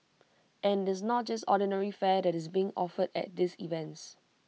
and IT is not just ordinary fare that is being offered at these events